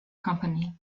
company